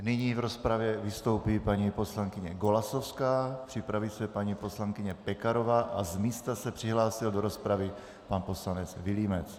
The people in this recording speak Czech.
Nyní v rozpravě vystoupí paní poslankyně Golasowská, připraví se paní poslankyně Pekarová a z místa se přihlásil do rozpravy pan poslanec Vilímec.